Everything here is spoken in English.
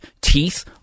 teeth